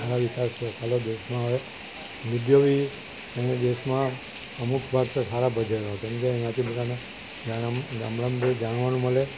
આવો વિકાસ થયો સાલો દેશમાં હવે મીડિયો બી અને દેશમાં અમુક ભાગ તો સારા ભજવ્યા કારણ કે એનાથી બધાને ગામડામાં બહુ જાણવાનું મળે